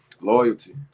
loyalty